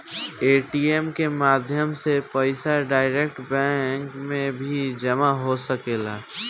ATM के माध्यम से पईसा डायरेक्ट बैंक में भी जामा हो सकेला